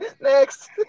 Next